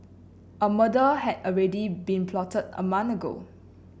a murder had already been plotted a month ago